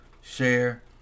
share